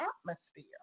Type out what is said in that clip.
atmosphere